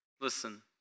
listen